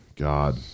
god